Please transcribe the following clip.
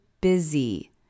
busy